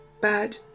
bad